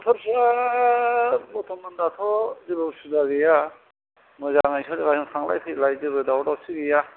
बोथोरफ्रा बरथमान दाथ' जेबो उसुबिदा गैया मोजांयै थांलाय फैलाय जेबो दावराव दावसि गैया